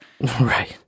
Right